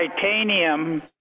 titanium